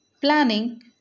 Planning